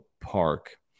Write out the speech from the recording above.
Park